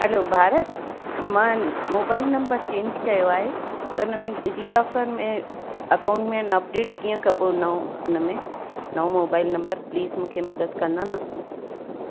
hello Bharat मां mobile number change कयो आहे त उन में डिजीलॉकर में अकाउंट में न अपडेट कीअं कबो नओं उन में नओं मोबाइल नम्बर प्लीस मूंखे मदद कंदा न